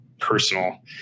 personal